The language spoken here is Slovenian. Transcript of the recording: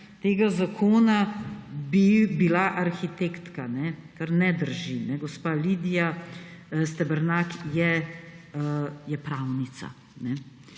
tega zakona bila arhitektka, kar ne drži. Gospa Lidija Stebernak je pravnica.